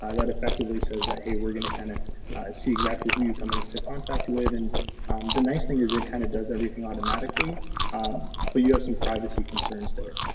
that effectively says that, hey we're gonna kind of see exactly who you come into contact with and the nice thing is it kind of does everything automatically but you have some privacy concerns there.